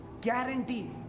Guarantee